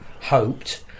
hoped